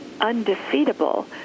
undefeatable